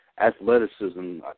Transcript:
athleticism